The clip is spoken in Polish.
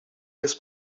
jest